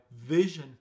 Vision